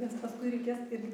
nes paskui reikės irgi